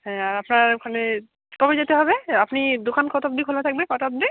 হ্যাঁ আর আপনার ওখানে কবে যেতে হবে আপনি দোকান কটা অবধি খোলা থাকবে কটা অবধি